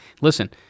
listen